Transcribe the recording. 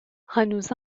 هنوز